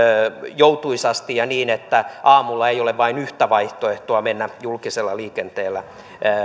joutuisasti ja niin että aamulla ei ole vain yhtä vaihtoehtoa mennä julkisella liikenteellä